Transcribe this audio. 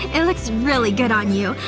it looks really good on you.